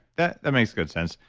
that makes good sense.